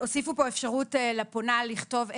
הוסיפו פה אפשרות לפונה לכתוב,